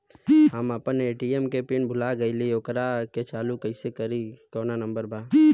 हम अपना ए.टी.एम के पिन भूला गईली ओकरा के चालू कइसे करी कौनो नंबर बा?